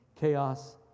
chaos